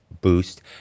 boost